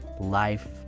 life